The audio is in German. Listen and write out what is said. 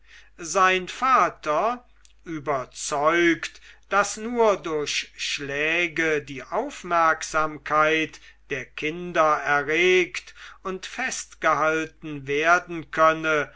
sein vater überzeugt daß nur durch schläge die aufmerksamkeit der kinder erregt und festgehalten werden könne